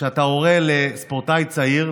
כשאתה הורה לספורטאי צעיר,